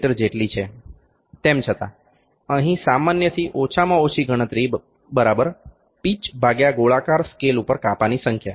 મી જેટલી છે તેમ છતાં અહીં સામાન્યથી ઓછામાં ઓછી ગણતરી બરાબર પિચ ભાગ્યા ગોળાકાર સ્કેલ ઉપર કાપાની સંખ્યા